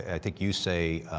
i think you say,